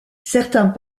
certains